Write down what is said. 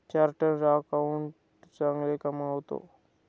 chartered accountant चांगले कमावतो